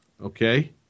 Okay